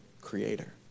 creator